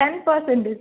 ten percent